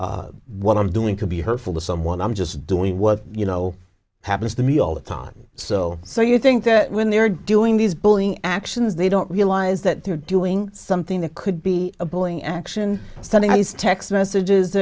what i'm doing could be hurtful to someone i'm just doing what you know happens to me all the time so so you think that when they're doing these bullying actions they don't realize that they're doing something that could be a pulling action sending these text messages